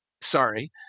Sorry